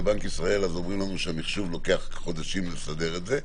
לבנק ישראל אז אומרים לנו שלוקח חודשים לסדר את המחשוב לזה,